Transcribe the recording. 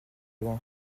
loin